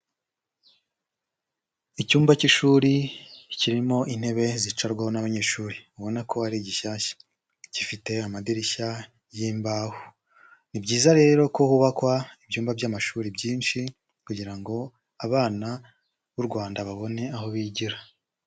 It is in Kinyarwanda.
Icyumba cy'ishuri kirimo intebe zicarwaho n'abanyeshuri ubona ko ari gishyashya, gifite amadirishya y'imbaho, ni byiza rero ko hubakwa ibyumba by'amashuri byinshi kugira ngo abana b'u Rwanda babone aho bigira.